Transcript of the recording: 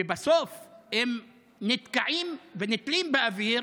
ובסוף הם נתקעים ונתלים באוויר